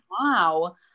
wow